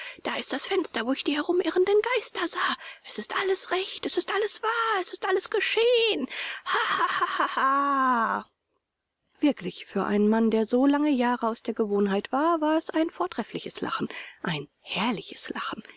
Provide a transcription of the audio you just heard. da ist das fenster wo ich die herumirrenden geister sah es ist alles recht es ist alles wahr es ist alles geschehen hahahaha wirklich für einen mann der so lange jahre aus der gewohnheit war war es ein vortreffliches lachen ein herrliches lachen